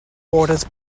waters